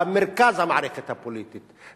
במרכז המערכת הפוליטית,